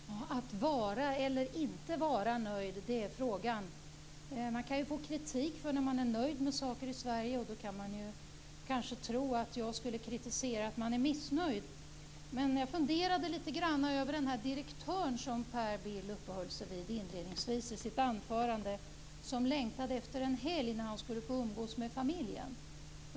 Herr talman! Att vara eller inte vara nöjd, det är frågan. Man kan ju få kritik när man är nöjd med saker i Sverige. Då kan man kanske tro att jag skulle kritisera att någon är missnöjd. Jag funderade lite grann över den direktör som Per Bill uppehöll sig vid inledningsvis i sitt anförande. Han längtade efter en helg då han skulle få umgås med familjen.